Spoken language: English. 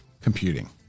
computing